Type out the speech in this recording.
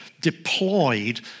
deployed